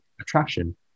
attraction